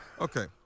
Okay